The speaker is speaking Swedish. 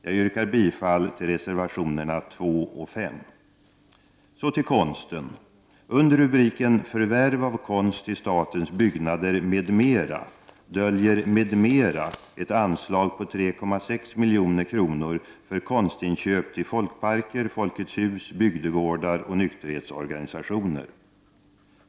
Jag yrkar bifall till reservationerna 2 och 5.